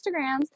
instagrams